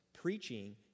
preaching